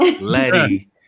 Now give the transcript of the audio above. Letty